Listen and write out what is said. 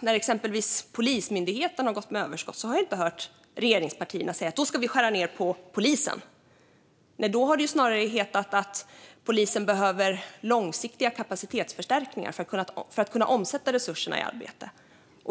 När exempelvis Polismyndigheten har gått med överskott har jag inte hört regeringspartierna säga att de vill skära ned på polisen. Då har det snarare hetat att polisen behöver långsiktiga kapacitetsförstärkningar för att kunna omsätta resurserna i arbete.